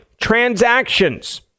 transactions